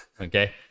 Okay